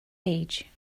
age